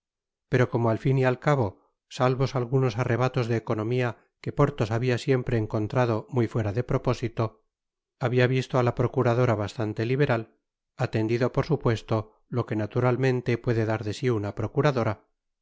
pero como al fin y al cabo salvos algunos arrebatos de economía que orthos habia siempre encontrado muy fuera de propósilo habia visto a la procuradora bastante liberal atendido por supuesto lo que naturalmente puede dar de sí una procuradora